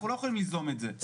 אנחנו לא יכולים ליזום את זה,